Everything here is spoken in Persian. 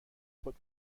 خود